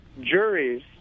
juries